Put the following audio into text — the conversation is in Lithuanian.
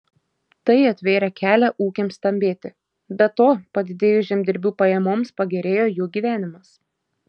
tai atvėrė kelią ūkiams stambėti be to padidėjus žemdirbių pajamoms pagerėjo jų gyvenimas